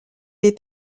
est